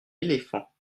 éléphant